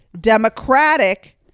democratic